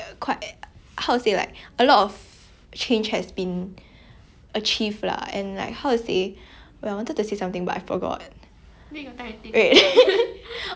wait I wanted to say something but I forgot oh yeah you know the way like jo is like the main character and all that then like it's usually you're supposed to like